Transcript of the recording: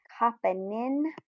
Kapanin